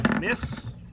Miss